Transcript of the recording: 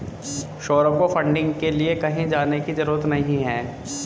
सौरभ को फंडिंग के लिए कहीं जाने की जरूरत नहीं है